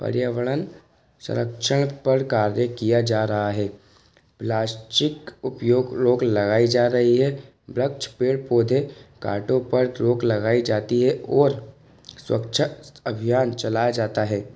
पर्यावरण संरक्षण पर कार्य किया जा रहा है प्लास्टिक उपयोग रोक लगाई जा रही है वृक्ष पेड़ पौधे काटने पर रोक लगाई जाती है और स्वच्छता अभियान चलाया जाता है